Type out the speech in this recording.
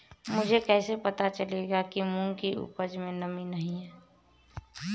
मुझे कैसे पता चलेगा कि मूंग की उपज में नमी नहीं है?